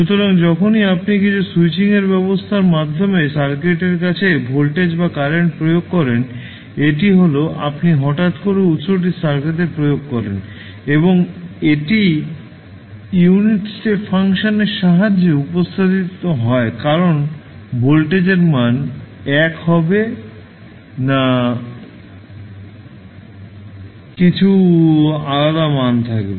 সুতরাং যখনই আপনি কিছু স্যুইচিংয়ের ব্যবস্থার মাধ্যমে সার্কিটের কাছে ভোল্টেজ বা কারেন্ট প্রয়োগ করেন এটি হল আপনি হঠাৎ করে উত্সটি সার্কিটটিতে প্রয়োগ করেন এবং এটি ইউনিট স্টেপ ফাংশনের সাহায্যে উপস্থাপিত হয় কারণ ভোল্টেজের মান 1 হবে না কিছু আলাদা মান থাকবে